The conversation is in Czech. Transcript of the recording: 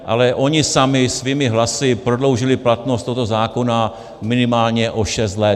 Ale oni sami svými hlasy prodloužili platnost tohoto zákona minimálně o šest let.